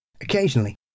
Occasionally